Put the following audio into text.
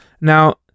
now